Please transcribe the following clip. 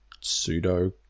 pseudo